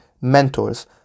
mentors